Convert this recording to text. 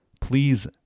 Please